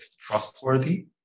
trustworthy